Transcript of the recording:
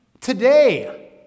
Today